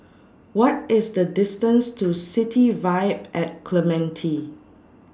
What IS The distance to City Vibe At Clementi